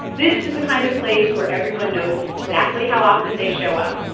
this is the kind of place where everyone knows exactly how often they show up.